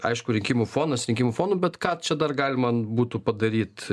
aišku rinkimų fonas rinkimų fonu bet ką čia dar galima būtų padaryt